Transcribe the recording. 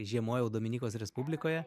žiemojau dominikos respublikoje